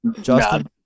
Justin